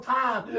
time